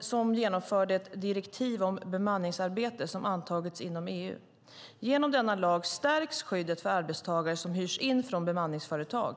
som genomför det direktiv om bemanningsarbete som antagits inom EU. Genom denna lag stärks skyddet för arbetstagare som hyrs in från bemanningsföretag.